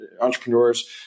entrepreneurs